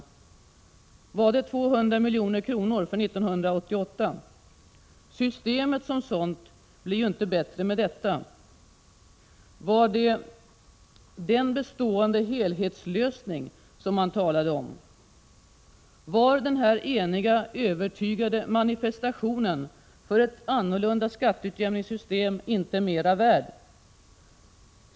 Var det 200 milj.kr. för 1988? Systemet som sådant blir ju inte bättre med detta! Var det ”den bestående helhetslösningen” som man talade om? Var den eniga, övertygade manifestationen för ett annorlunda skatteutjämningssystem inte mera värd?